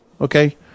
Okay